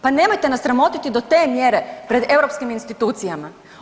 Pa nemojte nas sramotiti do te mjere pred europskim institucijama.